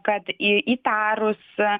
kad įtarus